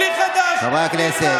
בלי חד"ש,